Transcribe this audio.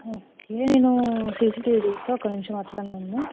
okay నేను CC TV చూస్తాను ఒక నిమిషం అట్లనే ఉండు